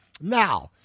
Now